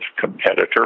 competitor